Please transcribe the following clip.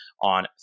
on